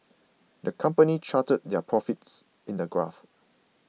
the company charted their profits in a graph